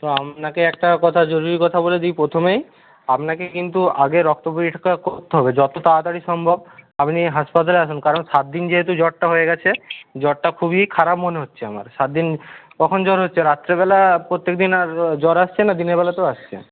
তো আপনাকে একটা কথা জরুরি কথা বলে দিই প্রথমেই আপনাকে কিন্তু আগে রক্ত পরীক্ষা করতে হবে যত তাড়াতাড়ি সম্ভব আপনি হাসপাতালে আসুন কারণ সাত দিন যেহেতু জ্বরটা হয়ে গেছে জ্বরটা খুবই খারাপ মনে হচ্ছে আমার সাত দিন কখন জ্বর হচ্ছে রাত্রেবেলা প্রত্যেক দিন আর জ্বর আসছে না দিনের বেলাতেও আসছে